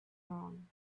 wrong